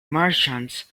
martians